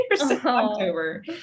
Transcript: October